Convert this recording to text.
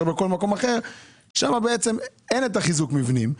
בכל מקום אחר ושם אין את חיזוק המבנים.